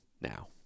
now